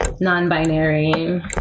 non-binary